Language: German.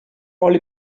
alle